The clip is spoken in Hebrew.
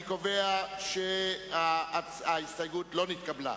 אני קובע שההסתייגות לא נתקבלה.